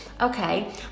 Okay